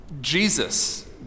Jesus